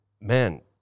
man